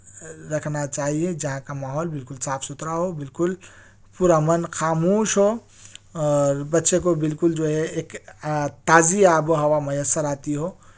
رکھنا چاہیے جہاں کا ماحول بالکل صاف ستھرا ہو بالکل پُر امن خاموش ہو اور بچے کو بالکل جو ہے ایک تازی آب و ہوا میسر آتی ہو